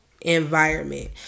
environment